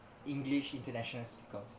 english international speaker